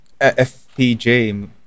FPJ